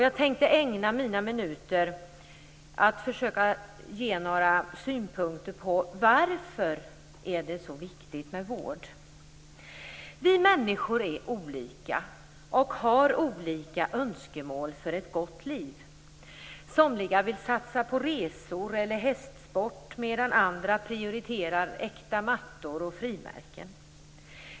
Jag tänkte ägna mina minuter åt att försöka ge några synpunkter på varför det är så viktigt med vård. Vi människor är olika och har olika önskemål för ett gott liv. Somliga vill satsa på resor eller hästsport, medan andra prioriterar äkta mattor och frimärken.